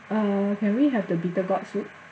uh can we have the bitter gourd soup